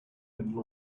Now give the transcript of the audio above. been